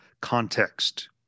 context